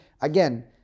again